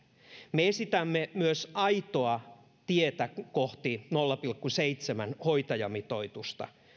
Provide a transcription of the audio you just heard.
me esitämme myös aitoa tietä kohti nolla pilkku seitsemän hoitajamitoitusta